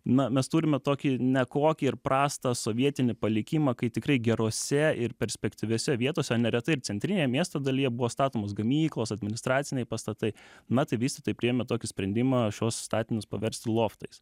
na mes turime tokį ne kokį ir prastą sovietinį palikimą kai tikrai gerose ir perspektyviose vietose neretai ir centrinėje miesto dalyje buvo statomos gamyklos administraciniai pastatai na tai vystytojai priėmė tokį sprendimą šiuos statinius paversti loftais